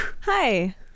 hi